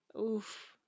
oof